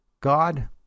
God